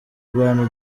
rwanda